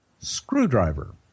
screwdriver